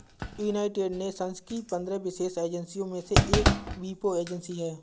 United Nations की पंद्रह विशेष एजेंसियों में से एक वीपो एजेंसी है